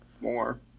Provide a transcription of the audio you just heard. More